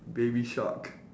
baby shark